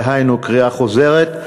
דהיינו קריאה חוזרת,